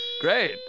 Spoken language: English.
Great